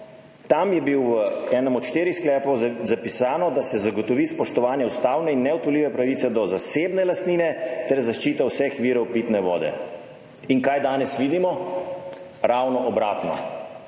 Tam je bilo v enem od štirih sklepov zapisano, da se zagotovi spoštovanje ustavne in neodtujljive pravice do zasebne lastnine ter zaščita vseh virov pitne vode. In kaj danes vidimo? Ravno obratno,